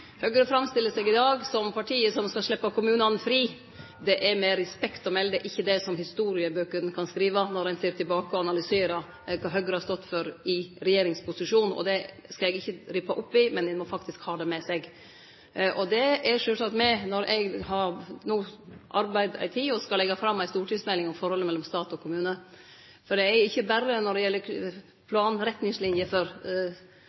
Høgre sat i regjering. Høgre framstiller seg i dag som partiet som skal sleppe kommunane fri. Det er, med respekt å melde, ikkje det ein kan skrive i historiebøkene når ein ser tilbake og analyserer kva Høgre har stått for i regjeringsposisjon. Det skal eg ikkje rippe opp i, men ein må ha det med seg. Dette har sjølvsagt vore med når eg no ei tid har arbeidd med og skal leggje fram ei stortingsmelding om forholdet mellom stat og kommune, for det gjeld ikkje berre